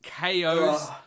KOs